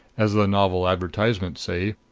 as the novel advertisements say,